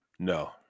No